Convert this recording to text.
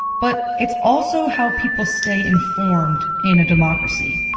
but it's also how people stay informed in a democracy.